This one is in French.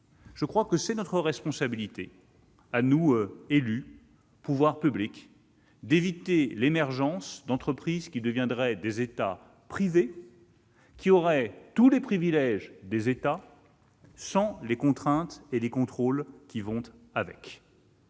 en tant qu'élus ou que représentants des pouvoirs publics, d'éviter l'émergence d'entreprises qui deviendraient des États privés et auraient tous les privilèges des États sans les contraintes et les contrôles qui vont avec.